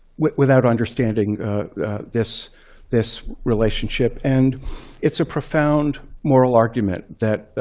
without understanding this this relationship. and it's a profound moral argument that,